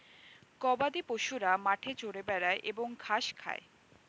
গবাদিপশুরা মাঠে চরে বেড়ায় এবং ঘাস খায়